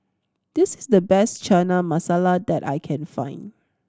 this is the best Chana Masala that I can find